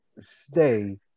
stay